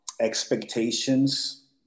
expectations